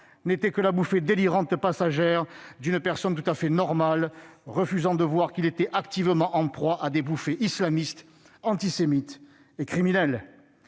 n'était que la « bouffée délirante » passagère d'une personne tout à fait normale, refusant de voir qu'il était activement en proie à des bouffées islamistes, antisémites et criminelles.